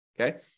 Okay